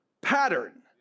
pattern